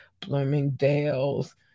Bloomingdale's